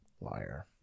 Liar